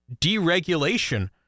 deregulation